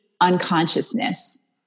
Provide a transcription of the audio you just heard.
unconsciousness